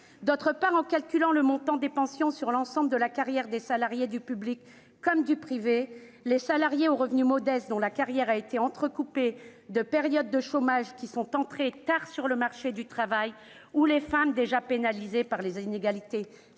d'autre part, en calculant le montant des pensions sur l'ensemble de la carrière des salariés du public comme du privé. Les salariés aux revenus modestes, dont la carrière a été entrecoupée de périodes de chômage, ceux qui sont entrés tard sur le marché du travail, ou encore les femmes, qui sont déjà pénalisées par les inégalités